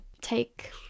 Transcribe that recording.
take